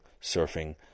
surfing